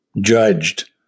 judged